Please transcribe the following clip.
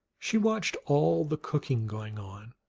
she watched all the cooking going on,